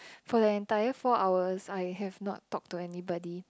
for the entire four hours I have not talk to anybody